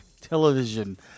television